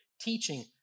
teaching